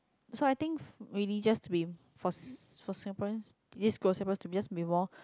so I think really just with for for Singaporean it's got Singaporean to be just involve